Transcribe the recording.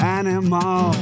animal